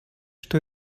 что